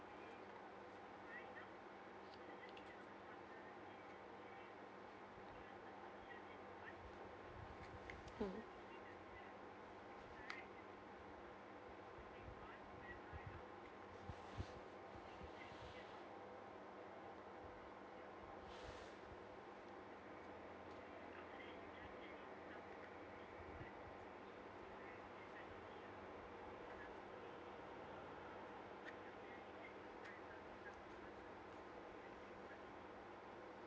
mm